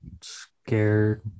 scared